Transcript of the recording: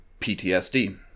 PTSD